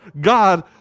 God